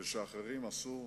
ושאחרים עשו,